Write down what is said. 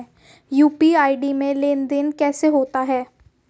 UPI में लेनदेन कैसे होता है?